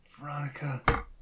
Veronica